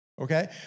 Okay